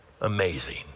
amazing